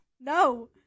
No